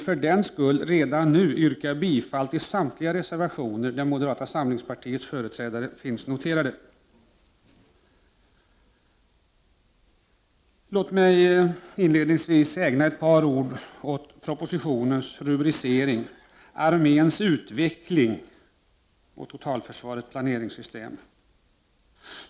För den skull vill jag redan nu yrka bifall till samtliga reservationer där moderata samlingspartiet är företrätt. Låt mig ägna ett par ord åt propositionens rubrik Arméns utveckling och totalförsvarets planeringssystem.